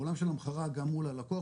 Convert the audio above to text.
בעולם של המחרה גם מול הלקוח,